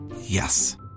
Yes